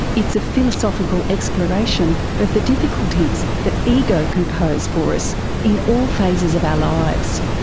it's a philosophical exploration of the difficulties that ego can pose for us in all phases of our lives.